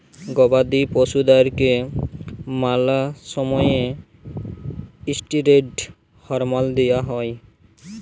গবাদি পশুদ্যারকে ম্যালা সময়ে ইসটিরেড হরমল দিঁয়া হয়